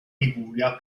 liguria